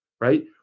right